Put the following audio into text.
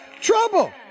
trouble